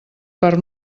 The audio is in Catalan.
per